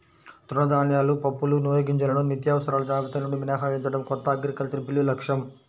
తృణధాన్యాలు, పప్పులు, నూనెగింజలను నిత్యావసరాల జాబితా నుండి మినహాయించడం కొత్త అగ్రికల్చరల్ బిల్లు లక్ష్యం